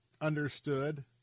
understood